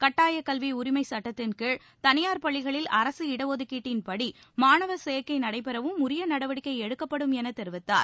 கட்டாயக் கல்வி உரிமை சட்டத்தின் கீழ் தனியார் பள்ளிகளில் அரசு இடஒதுக்கீட்டின்படி மாணவர் சேர்க்கை நடைபெறவும் உரிய நடவடிக்கை எடுக்கப்படும் என தெரிவித்தார்